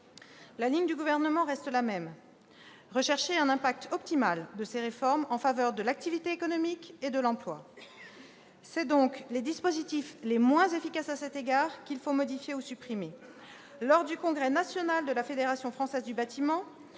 La ligne du Gouvernement reste la même : rechercher un impact optimal pour ces réformes en faveur de l'activité économique et de l'emploi. Ce sont donc les dispositifs les moins efficaces à cet égard qu'il faut modifier ou supprimer. Lors du congrès national de la Fédération française du bâtiment,